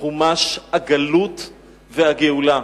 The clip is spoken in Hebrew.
"חומש הגלות והגאולה"